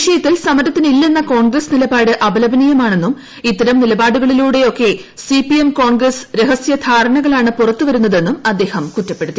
വിഷയത്തിൽ സമരത്തിനില്ലെന്ന കോൺഗ്രസ് നിലപാട് അപലപനീയമാണെന്നും ഇത്തരം നിലപാടുകളിലൂടെയൊക്കെ സിപിഎംകോൺഗ്രസ് രഹസ്യ ധാരണകളാണ് പുറത്ത് വരുന്നതെന്നും അദ്ദേഹം കുറ്റപ്പെടുത്തി